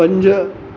पंज